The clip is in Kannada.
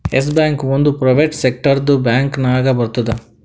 ಎಸ್ ಬ್ಯಾಂಕ್ ಒಂದ್ ಪ್ರೈವೇಟ್ ಸೆಕ್ಟರ್ದು ಬ್ಯಾಂಕ್ ನಾಗ್ ಬರ್ತುದ್